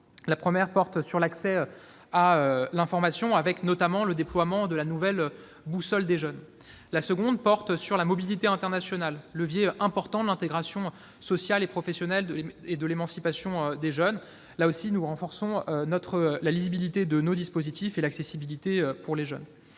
La première porte sur l'accès à l'information, avec, notamment, le déploiement de la nouvelle « boussole des jeunes ». La deuxième concerne la mobilité internationale, levier important de l'intégration sociale et professionnelle et de l'émancipation des jeunes. Dans ce domaine, nous renforçons la lisibilité de nos dispositifs et leur accessibilité pour les jeunes.